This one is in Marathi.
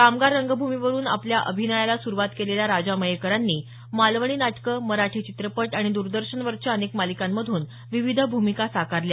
कामगार रंगभूमीवरून आपल्या अभियानाला सुरुवात केलेल्या राजा मयेकरांनी मालवणी नाटकं मराठी चित्रपट आणि दरदर्शनवरच्या अनेक मालिकांमधून विविध भूमिका साकारल्या